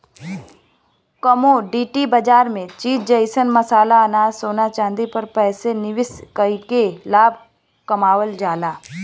commodity बाजार में चीज जइसे मसाला अनाज सोना चांदी पर पैसा निवेश कइके लाभ कमावल जाला